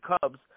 Cubs